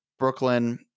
Brooklyn